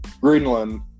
Greenland